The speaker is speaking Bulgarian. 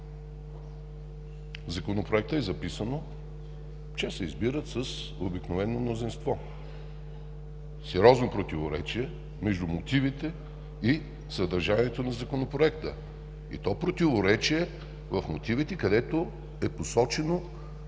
Законопроекта е записано, че се избират с обикновено мнозинство. Сериозни противоречия между мотивите и съдържанието на Законопроекта. И то противоречие в мотивите, където е посочено